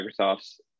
Microsoft's